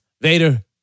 Vader